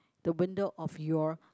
the window of your